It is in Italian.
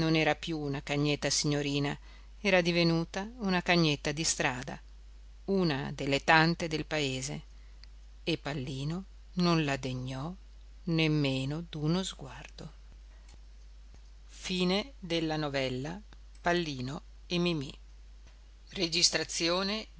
era più una cagnetta signorina era divenuta una cagnetta di strada una delle tante del paese e pallino non la degnò nemmeno d'uno sguardo come